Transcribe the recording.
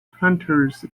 hunters